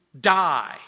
die